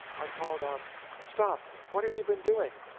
i called out stop! what have you been doing?